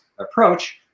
approach